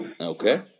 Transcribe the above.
Okay